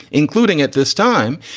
including at this time.